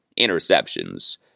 interceptions